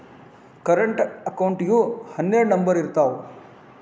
current ಅಕೌಂಟಿಗೂ ಹನ್ನೆರಡ್ number ಇರ್ತಾವ